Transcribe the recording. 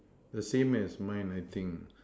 the same as mine I think